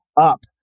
up